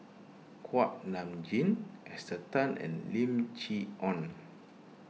Kuak Nam Jin Esther Tan and Lim Chee Onn